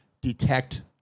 detect